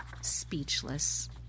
speechless